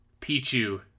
Pichu